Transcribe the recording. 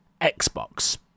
Xbox